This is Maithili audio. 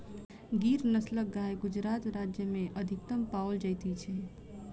गिर नस्लक गाय गुजरात राज्य में अधिकतम पाओल जाइत अछि